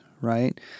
right